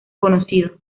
conocido